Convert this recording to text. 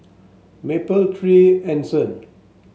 Mapletree Anson